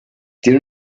tiene